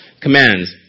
commands